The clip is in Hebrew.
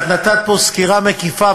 ואת נתת פה סקירה מקיפה,